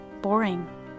boring